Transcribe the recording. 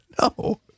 No